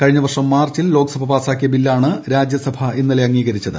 കഴിഞ്ഞ വർഷം മാർച്ചിൽ ലോക്സഭാ പാസാക്കിയ ബില്ലാണ് രാജ്യസഭാ ഇന്നലെ അംഗീകരിച്ചത്